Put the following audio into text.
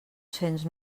cents